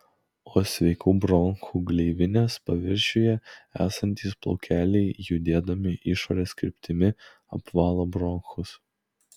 o sveikų bronchų gleivinės paviršiuje esantys plaukeliai judėdami išorės kryptimi apvalo bronchus